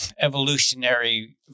evolutionary